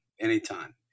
Anytime